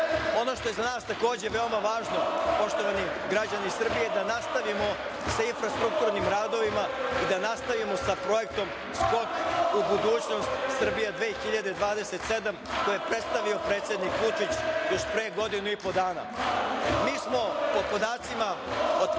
što je za nas takođe veoma važno poštovani građani Srbije, da nastavimo sa infrastrukturnim radovima i da nastavimo sa projektom „Skok u budućnost – Srbija 2027“ koji je predstavio predsednik Vučić još pre godinu i po dana. Mi smo po podacima od